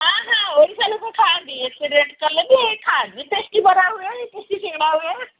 ହଁ ହଁ ଓଡ଼ିଶା ଲୋକ ଖାଆନ୍ତି ଏକୁଟିଆ କଲେ ବିି ଖାଆନ୍ତି ଟେଷ୍ଟି ବରା ହୁୁଏ ଟେଷ୍ଟି ସିଙ୍ଗଡ଼ା ହୁଏ